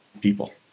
people